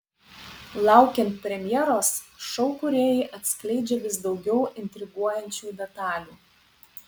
laukiant premjeros šou kūrėjai atskleidžia vis daugiau intriguojančių detalių